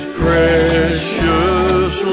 precious